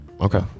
okay